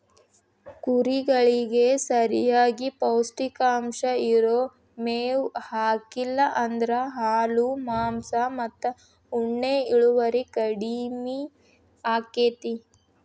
ಕುರಿಗಳಿಗೆ ಸರಿಯಾಗಿ ಪೌಷ್ಟಿಕಾಂಶ ಇರೋ ಮೇವ್ ಹಾಕ್ಲಿಲ್ಲ ಅಂದ್ರ ಹಾಲು ಮಾಂಸ ಮತ್ತ ಉಣ್ಣೆ ಇಳುವರಿ ಕಡಿಮಿ ಆಕ್ಕೆತಿ